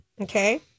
Okay